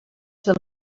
del